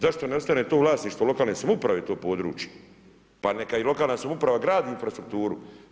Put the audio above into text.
Zašto ne stavi u vlasništvo lokalne samouprave to područje, pa neka i lokalna samouprava gradi infrastrukturu.